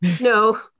No